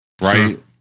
right